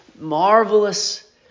marvelous